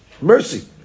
mercy